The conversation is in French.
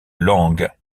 langue